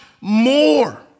more